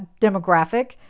demographic